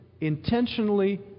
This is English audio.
intentionally